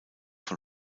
von